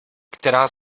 která